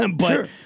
Sure